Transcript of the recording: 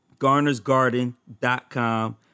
GarnersGarden.com